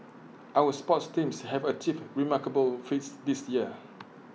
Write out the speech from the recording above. our sports teams have achieved remarkable feats this year